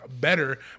better